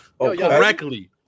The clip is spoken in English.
Correctly